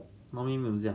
mamie museum